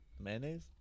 Mayonnaise